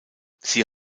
sie